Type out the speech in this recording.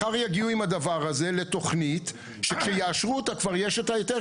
מחר יגיעו עם הדבר הזה לתכנית שכשיאשרו אותה כבר יש את ההיתר.